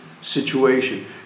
situation